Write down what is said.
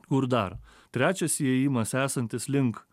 kur dar trečias įėjimas esantis link